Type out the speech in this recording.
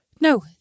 No